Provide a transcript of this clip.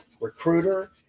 recruiter